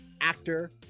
actor